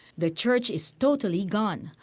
the church is totally gone,